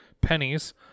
pennies